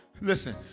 listen